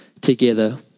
together